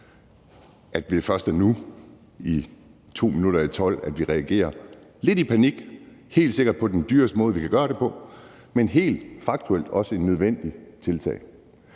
at det først er nu klokken to minutter i tolv, vi reagerer, lidt i panik, og helt sikkert på den dyreste måde, vi kan gøre det på, men helt faktuelt også et nødvendigt tiltag.